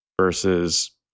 versus